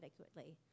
adequately